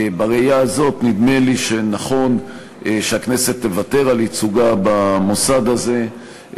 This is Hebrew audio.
בראייה הזאת נדמה לי שנכון שהכנסת תוותר על ייצוגה במוסד הזה,